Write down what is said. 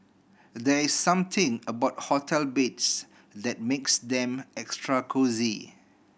there is something about hotel beds that makes them extra cosy